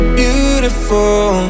beautiful